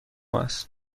است